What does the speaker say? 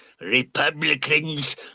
Republicans